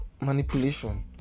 manipulation